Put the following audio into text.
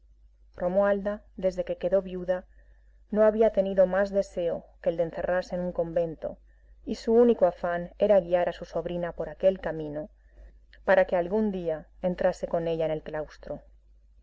romualda desde que quedó viuda no había tenido más deseo que el de encerrarse en un convento y su único afán era guiar a su sobrina por aquel camino para que algún día entrase con ella en el claustro